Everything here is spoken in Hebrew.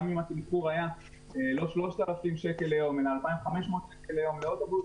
גם אם התמחור היה לא 3,000 שקלים ליום אלא 2,500 שקלים ליום לאוטובוס,